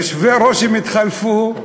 יושבי-ראש התחלפו,